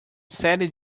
série